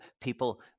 people